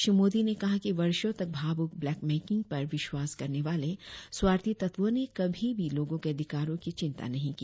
श्री मोदी ने कहा कि वर्षों तक भावुक ब्लैकमेलिंग पर विश्वास करने वाले स्वार्थी तत्वों ने कभी भी लोगों के अधिकारों की चिंता नहीं की